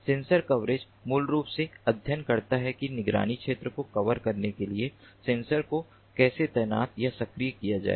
sensor coverage मूल रूप से अध्ययन करता है कि निगरानी क्षेत्र को कवर करने के लिए सेंसर को कैसे तैनात या सक्रिय किया जाए